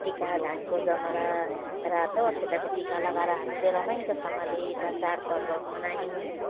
टिका धानको जमरा रातो अक्षताको टिका लगाएर हामीले रमाइलोसँगले एउटा चाडपर्व मनायौँ